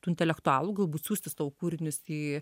tų intelektualų galbūt siųsti savo kūrinius į